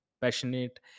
passionate